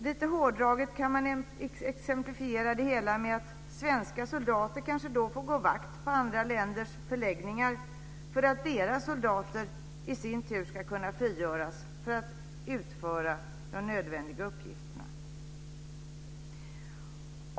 Lite hårdraget kan man exemplifiera det hela med att svenska soldater kanske får gå vakt på andra länders förläggningar för att deras soldater i sin tur ska kunna frigöras för att utföra de nödvändiga uppgifterna.